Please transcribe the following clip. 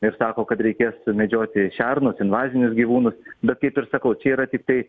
ir sako kad reikės medžioti šernus invazinius gyvūnus bet kaip ir sakau čia yra tiktai